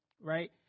right